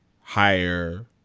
higher